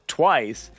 twice